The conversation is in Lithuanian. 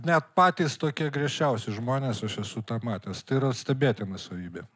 net patys tokie griežčiausi žmonės aš esu tą matęs tai yra stebėtina savybė